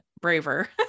braver